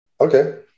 Okay